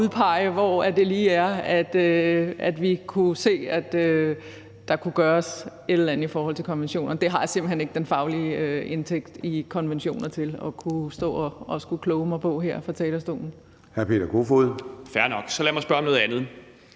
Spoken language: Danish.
hvor det lige er, at vi kan se, at der kunne gøres et eller andet i forhold til konventionerne. Det har jeg simpelt hen ikke den faglige indsigt i konventionerne til at kunne stå og kloge mig på her fra talerstolen.